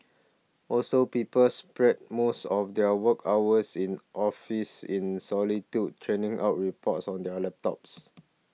also people spread most of their work hours in office in solitude churning out reports on their laptops